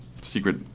secret